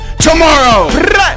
tomorrow